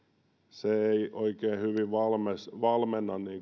se ei oikein hyvin valmenna